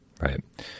Right